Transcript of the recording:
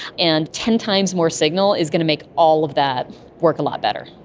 and ten times more signal is going to make all of that work a lot better.